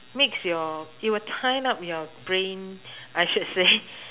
mix your it will tie up your brain I should say